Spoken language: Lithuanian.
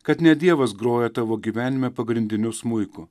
kad ne dievas groja tavo gyvenime pagrindiniu smuiku